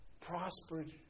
prospered